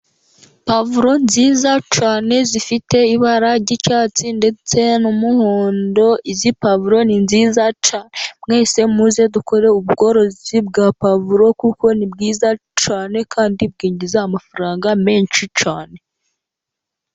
Puwavuro nziza cyane zifite ibara ry'icyatsi ndetse n'umuhondo. Izi puwavuro ni nziza cyane. Mwese muze dukore ubworozi bwa puwavuro kuko ni bwiza cyane, kandi bwinjiza amafaranga menshi cyane.